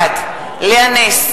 בעד לאה נס,